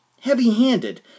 heavy-handed